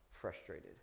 frustrated